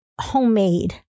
homemade